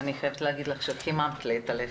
אני חייבת להגיד לך שאת הצלחת לחמם לי את הלב.